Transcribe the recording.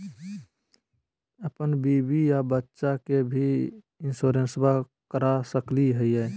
अपन बीबी आ बच्चा के भी इंसोरेंसबा करा सकली हय?